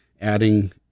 adding